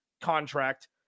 contract